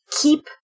keep